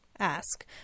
ask